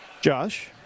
Josh